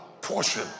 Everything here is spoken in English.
portion